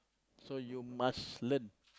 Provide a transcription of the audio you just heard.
so you must learn